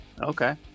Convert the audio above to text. Okay